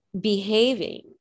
behaving